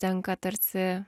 tenka tarsi